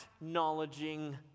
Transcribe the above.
acknowledging